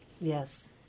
Yes